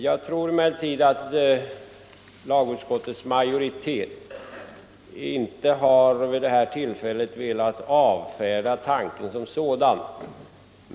Jag tror emellertid inte att lagutskottets majoritet vid det här tillfället har velat avfärda tanken som sådan.